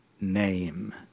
name